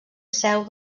seu